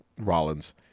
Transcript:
Rollins